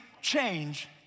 change